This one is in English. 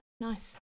nice